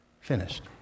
finished